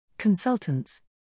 Consultants